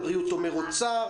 הבריאות אומר אוצר,